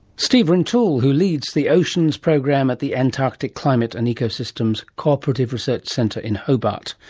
steve rintoul who leads the oceans program at the antarctic climate and ecosystems cooperative research centre in hobart,